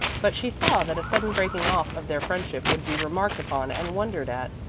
but she saw that a sudden breaking off of their friendship would be remarked upon and wondered at.